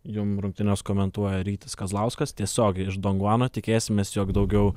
jum rungtynes komentuoja rytis kazlauskas tiesiogiai iš donguano tikėsimės jog daugiau